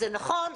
זה נכון,